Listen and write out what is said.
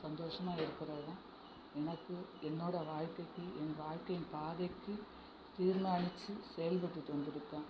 சந்தோஷமாக இருக்கிறதுதான் எனக்கு என்னோடய வாழ்க்கைக்கு என் வாழ்க்கையின் பாதைக்கு தீர்மானிச்சு செயல்பட்டுகிட்டு வந்திருக்கேன்